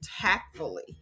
tactfully